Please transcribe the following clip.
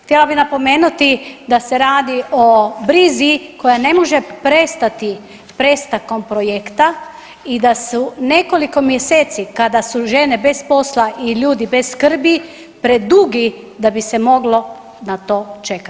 Htjela bi napomenuti da se radi o brizi koja ne može prestati prestankom projekta i da su nekoliko mjeseci kada su žene bez posla i ljudi bez skrbi predugi da bi se moglo na to čekati.